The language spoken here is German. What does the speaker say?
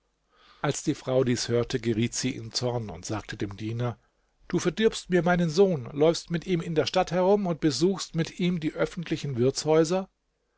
als die frau dies hörte geriet sie in zorn und sagte dem diener du verdirbst mir meinen sohn läufst mit ihm in der stadt herum und besuchst mit ihm die öffentlichen wirtshäuser